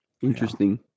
Interesting